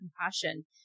compassion